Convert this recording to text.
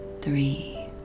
three